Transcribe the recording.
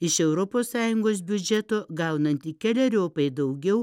iš europos sąjungos biudžeto gaunanti keleriopai daugiau